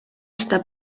està